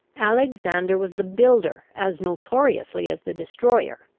alexander was the builder, as notoriously as the destroyer,